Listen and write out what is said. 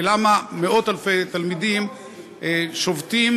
ולמה מאות-אלפי תלמידים שובתים